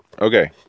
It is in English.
Okay